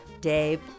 Dave